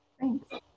Thanks